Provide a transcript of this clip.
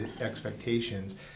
expectations